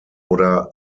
oder